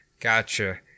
gotcha